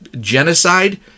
genocide